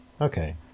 okay